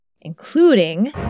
including